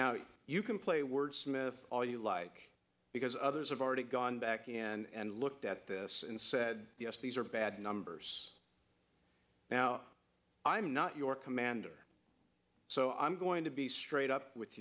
now you can play word smith all you like because others have already gone back and looked at this and said yes these are bad numbers now i'm not your commander so i'm going to be straight up with